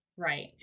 Right